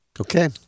Okay